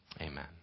amen